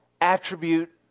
attribute